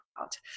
out